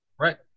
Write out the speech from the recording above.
Right